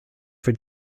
for